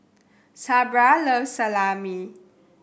Sabra loves Salami